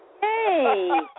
Hey